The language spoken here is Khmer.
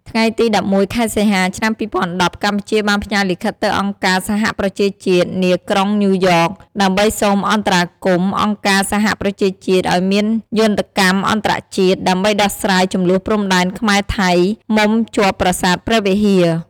ថ្ងៃទី១១ ខែសីហា ឆ្នាំ២០១០ កម្ពុជាបានផ្ញើលិខិតទៅអង្គការសហប្រជាជាតិ នាក្រុងញ៉ូវយ៉ក ដើម្បីសូមអន្តរាគមន៍អង្គការសហប្រជាជាតិឱ្យមានយន្តកម្មអន្តរជាតិ ដើម្បីដោះស្រាយជម្លោះព្រំដែនខ្មែរ-ថៃមុំជាប់ប្រាសាទព្រះវិហារ។